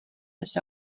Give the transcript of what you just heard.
this